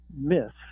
myth